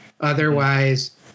Otherwise